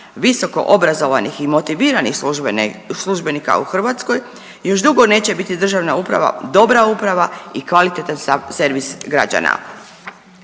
visoko obrazovanih i motiviranih službenika u Hrvatskoj još dugo neće biti državna uprava dobra uprava i kvalitetan servis građana.